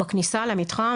בכניסה למתחם,